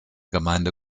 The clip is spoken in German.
gemeinde